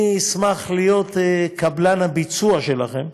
אני אשמח להיות קבלן הביצוע שלכם,